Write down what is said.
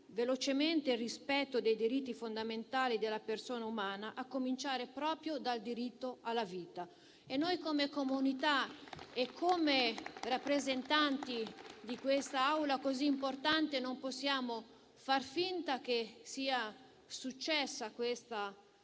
velocemente il rispetto dei diritti fondamentali della persona umana, a cominciare proprio dal diritto alla vita. Noi, come comunità e come rappresentanti di quest'Assemblea così importante, non possiamo far finta di nulla davanti a questa triste